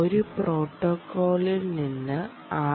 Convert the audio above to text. ഒരു പ്രോട്ടോക്കോളിൽ നിന്ന് ആർ